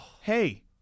hey